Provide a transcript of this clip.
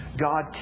God